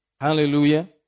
Hallelujah